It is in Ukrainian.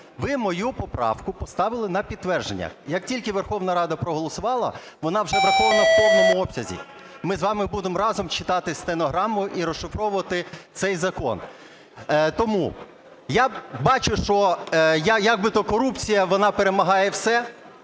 Ви мою поправку поставили на підтвердження. Як тільки Верховна Рада проголосувала, вона вже врахована в повному обсязі. Ми з вами будемо разом читати стенограму і розшифровувати цей закон. Тому я бачу, що якби-то корупція, вона перемагає все.